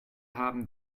haben